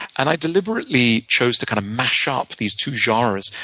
and i deliberately chose to kind of match ah up these two genres,